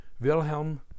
Wilhelm